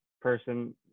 person